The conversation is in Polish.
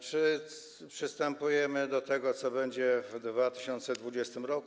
Czy przystępujemy do tego, co będzie w 2020 r.